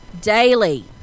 Daily